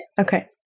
Okay